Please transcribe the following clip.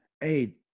Hey